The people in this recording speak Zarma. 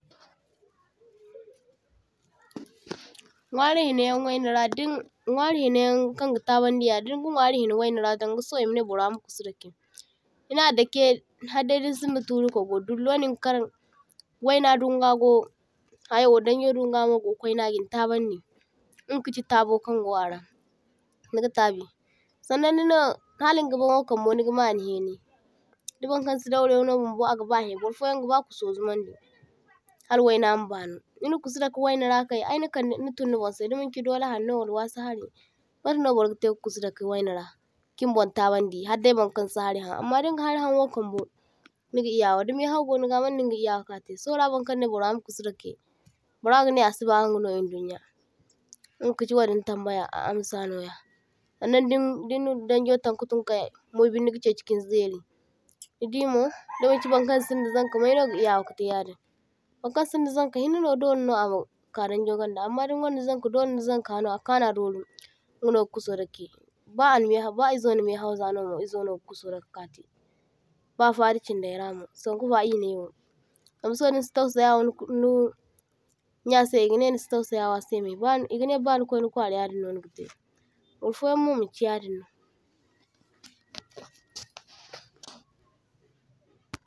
toh-toh Nwari hinaya wai’nara din nwari hinayaŋ kan ga tabandiya din ga nwari hina wai’nara saŋda saho emanai burra ma kusu dakai, dinna dakai halday nisinda turi kwago dullo nin kar waina dungago hayo daŋjo dungamo go kwaine agin ta baŋdi, inga kachi tabo kaŋ gara niga tabi. Sannaŋ nina hala nigaban wo kaŋ bo niga halhini, di burkaŋsi dawraiwa no bumbo a gaba hey, bayfoyaŋ wokay gaba kuso zumaŋdi hala waina ma banu, dinna kusu dakai wainara wo kai ay nikaŋdai ni tunniburnsai damaŋchi dolai harno wala wa’si hari mata no burgahin ka kusu dakai wainara kin burn ta baŋdi, haddai burkaŋ si harihaŋ amma dinga hari haŋwo kambo niga e yawa, dimai’haw go niga manno niga e yawa katai sora, burkannai burra ma kusu dakai, burra ganai asiba ingano e dunya, inga kachi wadin tambaya, a armsa noya. Sannaŋ din din nin danjo tan ka tunkay mobinni ga chaichi kin zairi, nidimo damaŋchi burkaŋ sinda zaŋka, mayno ga e yawa katai yadin, burkaŋ sinda zaŋka hinna no dolaino ama a ma’ka daŋjo ganda amma din gaŋda zanka dolaino ni zaŋka no a kanu a doru ingano ga kuso dakai ba a na maihaw ba e zo na maihawzano e zono ga kuso dakai katai, ba fada chindairamo saŋkufa e naiwo zama saho nisi tawsayawa nu nu nya sai e ganai nisi tawsayawa asai mai e ga nai bani kwai’ni kwara yadinno niga tai burfoyaŋ mo manchi yadinno.